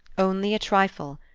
only a trifle,